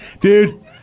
dude